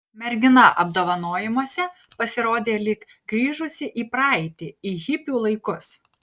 mergina apdovanojimuose pasirodė lyg grįžusi į praeitį į hipių laikus